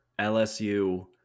LSU